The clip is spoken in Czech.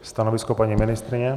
Stanovisko paní ministryně?